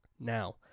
Now